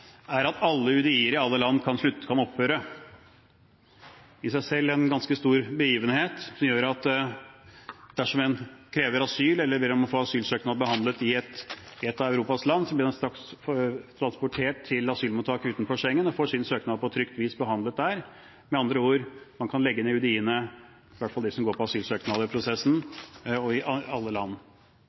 er at alle utlendingsdirektorater i alle land kan opphøre. Det er i seg selv en ganske stor begivenhet som gjør at dersom en krever asyl, eller ber om å få en asylsøknad behandlet i et av Europas land, blir man straks transportert til asylmottak utenfor Schengen og får sin søknad på trygt vis behandlet der. Med andre ord: Man kan legge ned utlendingsdirektoratene, i hvert fall det som handler om asylsøknadsprosessen, i alle land. De som skal behandle disse asylsøknadene – saksbehandlere i Norge og andre land